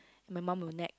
my mum will nag